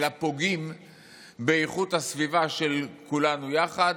אלא פוגעים באיכות הסביבה של כולנו יחד.